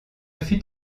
fut